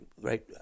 right